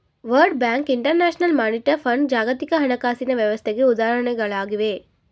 world Bank, International Monetary Fund ಜಾಗತಿಕ ಹಣಕಾಸಿನ ವ್ಯವಸ್ಥೆಗೆ ಉದಾಹರಣೆಗಳಾಗಿವೆ